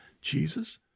Jesus